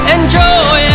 Enjoy